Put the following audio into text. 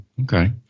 okay